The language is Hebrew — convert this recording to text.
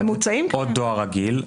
עוד דואר רגיל,